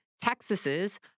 Texas's